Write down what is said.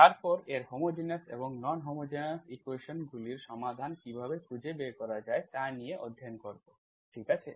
তারপর এর হোমোজেনিয়াস এবং নন হোমোজেনিয়াস ইকুয়েশন্সগুলির সমাধান কীভাবে খুঁজে বের করা যায় তা নিয়ে অধ্যয়ন করব ঠিক আছে